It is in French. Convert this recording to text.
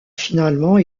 finalement